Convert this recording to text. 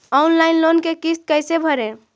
Online loan के किस्त कैसे भरे?